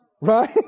Right